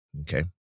okay